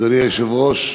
אדוני היושב-ראש,